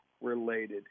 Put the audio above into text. related